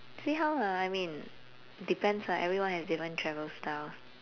see how lah I mean depends lah everyone has different travel styles